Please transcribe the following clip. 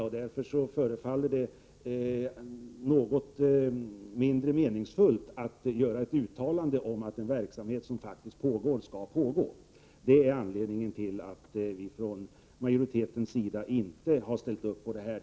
Därför 141 förefaller det vara något mindre meningsfullt att göra uttalanden om behovet av en verksamhet som faktiskt redan finns. Det är anledningen till att vi i majoriteten inte har instämt på den punkten.